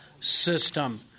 system